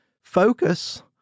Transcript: focus